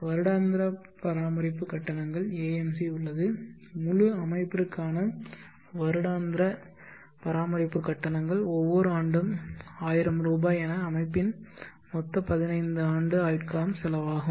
வருடாந்திர பராமரிப்பு கட்டணங்கள் AMC உள்ளது முழு அமைப்பிற்கான வருடாந்திர பராமரிப்பு கட்டணங்கள் ஒவ்வொரு ஆண்டும் 1000 ரூபாய் என அமைப்பின் மொத்த 15 ஆண்டு ஆயுட்காலம் செலவாகும்